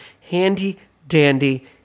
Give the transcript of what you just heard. handy-dandy